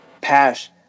Pash